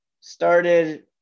started